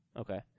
Okay